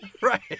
right